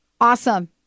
Awesome